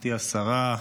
גברתי השרה,